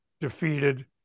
defeated